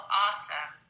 awesome